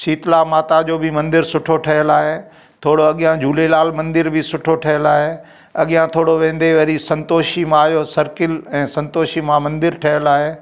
शीतला माता जो बि मंदिर सुठो ठहियल आहे थोरो अॻियां झूलेलाल मंदिर बि सुठो ठहियल आहे अॻियां थोरो वेंदे वरी संतोषी मां जो सर्किल ऐं संतोषी मां मंदिर ठहियल आहे